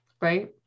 right